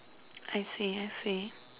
I see I see